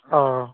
অ